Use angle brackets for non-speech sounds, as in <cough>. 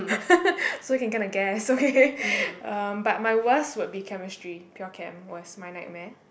<laughs> so you can kind of guess okay <laughs> um but my worst would be chemistry pure chem was my nightmare